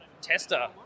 tester